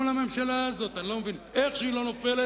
וגם לממשלה הזאת, אני לא מבין, איך שהיא לא נופלת,